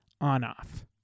on-off